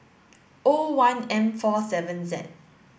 O one M four seven Z